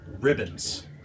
ribbons